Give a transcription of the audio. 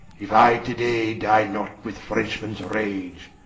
if i to day dye not with frenchmens rage,